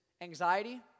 anxiety